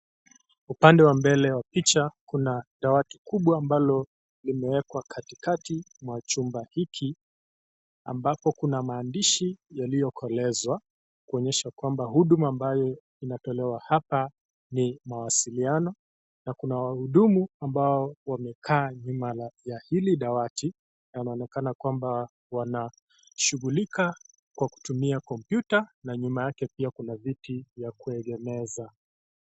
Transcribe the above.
Upande wa mbele wa picha kuna dawati kubwa ambalo limewekwa katikati mwa chumba hiki ambapo kuna maandishi yaliyokolezwa kuonyesha kwamba huduma ambaye inatolewa hapa ni mawasiliano na kuna wahudumu ambao wamekaa nyuma la hili dawati na wanaonekana kwamba wanashughulika kwa kutumia kompyuta na nyuma yake kuna viti vya kuegemeza.